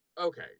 okay